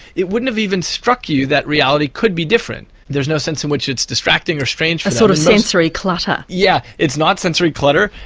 it wouldn't have even struck you that reality could be different. there's no sense in which it's distracting or strange. a sort of sensory clutter? yes, yeah it's not sensory clutter,